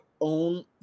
own